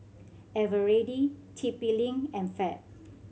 Eveready T P Link and Fab